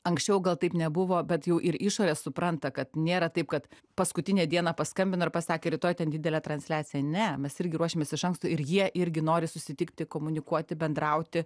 anksčiau gal taip nebuvo bet jau ir išorė supranta kad nėra taip kad paskutinę dieną paskambino ir pasakė rytoj ten didelė transliacija ne mes irgi ruošiamės iš anksto ir jie irgi nori susitikti komunikuoti bendrauti